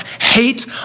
hate